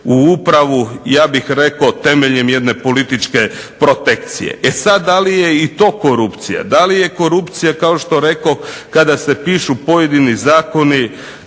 u upravu, ja bih rekao, temeljem jedne političke protekcije. E sada, da li je to korupcija, da li je korupcija kao što rekoh kada se pišu pojedini zakoni